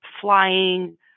flying